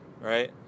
right